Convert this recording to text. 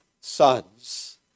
sons